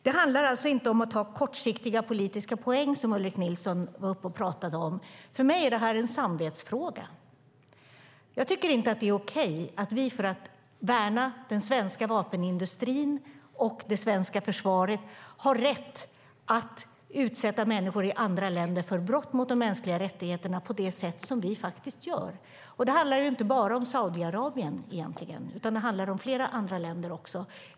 Det handlar alltså inte om att ta kortsiktiga politiska poäng, som Ulrik Nilsson var uppe och pratade om. För mig är detta en samvetsfråga. Jag tycker inte att det är okej att vi för att värna den svenska vapenindustrin och det svenska försvaret har rätt att utsätta människor i andra länder för brott mot de mänskliga rättigheterna på det sätt vi faktiskt gör. Då handlar det egentligen inte bara om Saudiarabien, utan det handlar om flera andra länder också.